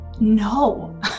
No